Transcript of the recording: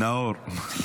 נאור.